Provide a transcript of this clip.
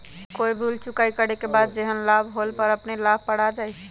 कोई बिल चुकाई करे के बाद जेहन लाभ होल उ अपने खाता पर आ जाई?